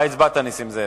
מה הצבעת, נסים זאב?